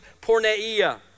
porneia